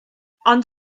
ond